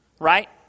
right